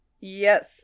yes